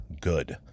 good